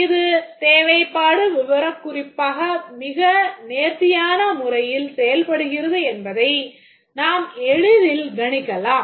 இது தேவைப்பாடு விபரக் குறிப்பாக மிக நேர்த்தியான முறையில் செயல்படுகிறது என்பதை நாம் எளிதில் கணிக்கலாம்